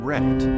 Reddit